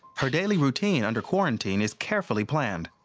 her daily routine under quarantine is carefully planned.